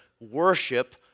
worship